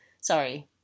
Sorry